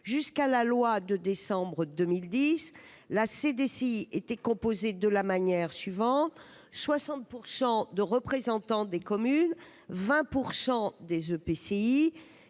Jusqu'à la loi de décembre 2010, la CDCI était composée de la manière suivante : 60 % de représentants des communes, 20 % de